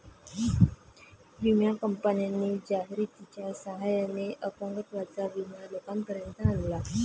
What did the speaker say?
विमा कंपन्यांनी जाहिरातीच्या सहाय्याने अपंगत्वाचा विमा लोकांपर्यंत आणला